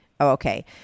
okay